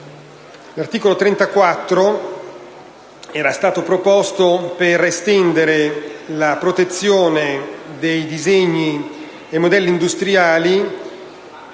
del Governo era stato proposto per estendere la protezione dei disegni e dei modelli industriali,